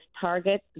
Target